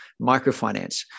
microfinance